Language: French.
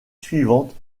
suivante